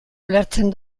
ulertzen